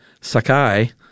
Sakai